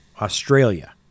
Australia